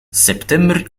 september